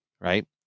Right